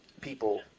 people